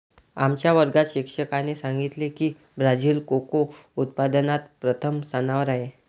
आमच्या वर्गात शिक्षकाने सांगितले की ब्राझील कोको उत्पादनात प्रथम स्थानावर आहे